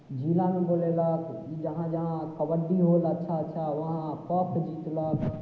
जिलामे बोलयलक जहाँ जहाँ कबड्डी होइ हइ अच्छा अच्छा वहाँ कप जितलक